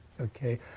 okay